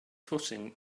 footing